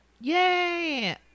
Yay